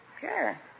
Sure